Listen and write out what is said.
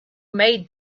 may